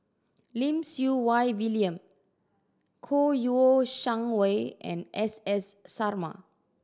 Lim Siew Wai William Kouo Shang Wei and S S Sarma